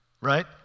right